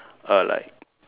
err like